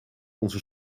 onze